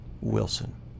Wilson